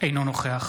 אינו נוכח